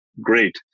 great